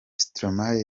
stromae